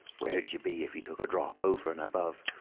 where'd you be, if he took a drop over and above,